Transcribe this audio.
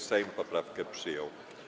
Sejm poprawkę przyjął.